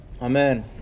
Amen